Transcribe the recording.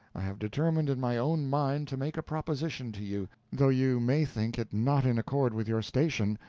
i have determined in my own mind to make a proposition to you, though you may think it not in accord with your station,